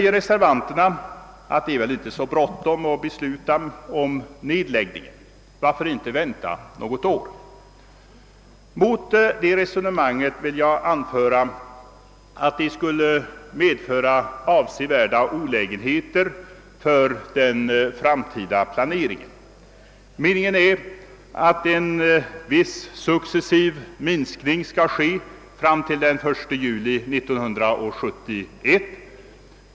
Reservanterna säger att det inte är så bråttom att besluta om nedläggningen; varför inte vänta något år? Mot det resonemanget vill jag anföra att ett dröjsmål skulle medföra avsevärda olä genheter för den framtida planeringen. Meningen är att en viss successiv minskning skall ske fram till den 1 juli 1971.